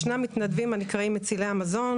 ישנם מתנדבים הנקראים "מצילי המזון".